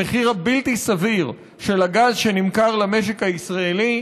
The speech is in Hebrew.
המחיר הבלתי-סביר של הגז שנמכר למשק הישראלי.